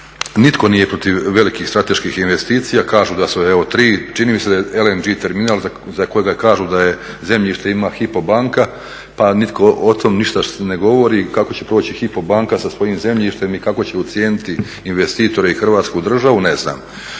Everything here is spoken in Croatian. nitko nije protiv velikih strateških investicija, kažu da su evo 3. Čini mi se LNG terminal za kojega kažu da zemljište ima Hypo banka pa nitko o tom ništa ne govori, kako će proći Hypo banka sa svojim zemljištem i kako će ucijeniti investitore i Hrvatsku državu, ne znam.